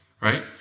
Right